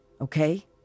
Okay